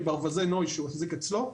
מברווזי נוי שהוא החזיק אצלו.